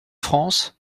france